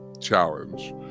challenge